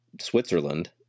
Switzerland